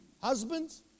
Husbands